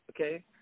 Okay